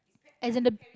as in the